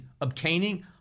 obtaining